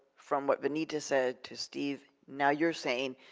from what vanita said to steve, now you're saying,